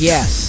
Yes